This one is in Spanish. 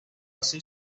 así